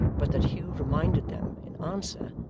but that hugh reminded them, in answer,